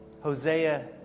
Hosea